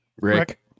Rick